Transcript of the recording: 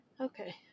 Okay